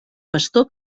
pastor